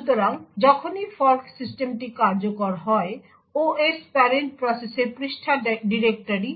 সুতরাং যখনই ফর্ক সিস্টেমটি কার্যকর হয় OS প্যারেন্ট প্রসেসের পৃষ্ঠা ডিরেক্টরি